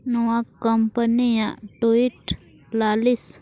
ᱱᱚᱣᱟ ᱠᱳᱢᱯᱟᱱᱤᱭᱟᱜ ᱴᱩᱭᱤᱴ ᱞᱟᱹᱞᱤᱥ